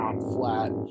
flat